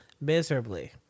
miserably